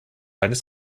eines